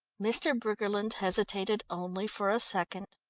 mr. briggerland hesitated only for a second.